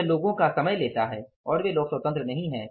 तो यह लोगों का समय लेता है और वे लोग स्वतंत्र नहीं हैं